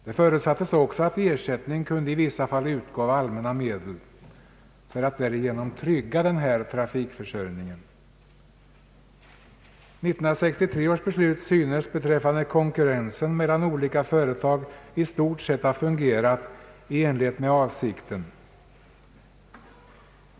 Det förutsattes vidare att ersättning i vissa fall kunde utgå av allmänna medel för att trygga trafikförsörjningen. 1963 års beslut synes beträffande konkurrensen mellan olika företag i stort sett ha fungerat i enlighet med avsikten.